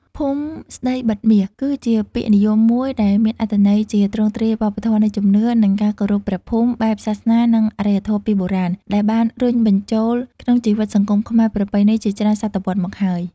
ភូមិស្តីបិទមាស គឺជាពាក្យនិយមមួយដែលមានអត្ថន័យជាទ្រង់ទ្រាយវប្បធម៌នៃជំនឿ និងការគោរពព្រះភូមិ បែបសាសនានិងអរិយធម៌ពីបុរាណ ដែលបានរុញបញ្ចូលក្នុងជីវិតសង្គមខ្មែរប្រពៃណីជាច្រើនសតវត្សរ៍មកហើយ។